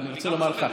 ואני רוצה לומר לך,